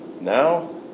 Now